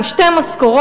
עם שתי משכורות,